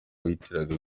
wahitaga